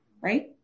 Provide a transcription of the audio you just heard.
right